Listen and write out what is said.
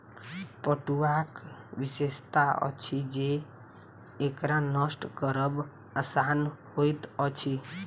पटुआक विशेषता अछि जे एकरा नष्ट करब आसान होइत अछि